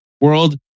world